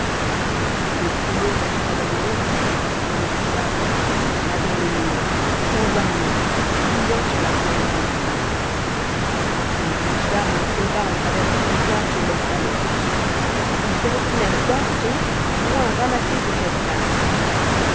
le trio rentra dans l'ombre et reprit sa route rasant les murs sans un mot fuyant sur la pointe des pieds une branche d'arbre tomba en travers du trottoir sur leurs talons ils se retournèrent d'un saut poings ramassés et tête basse